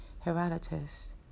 Herodotus